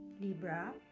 Libra